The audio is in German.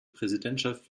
präsidentschaft